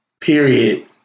Period